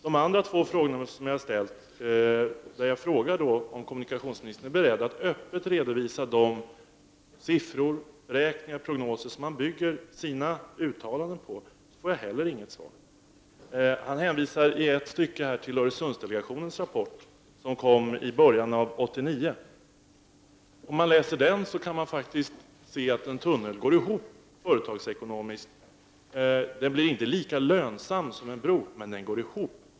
De andra två frågorna som jag har ställt om huruvida kommunikationsministern är beredd att öppet redovisa de siffror, beräkningar och prognoser som han bygger sina uttalanden på får jag inte heller något svar på. Kommunikationsministern hänvisar i ett stycke till Öresundsdelegationens rapport som lades fram i början av 1989. Men enligt den rapporten går en tunnel ihop företagsekonomiskt. Den blev inte lika lönsam som en bro, men den går ihop.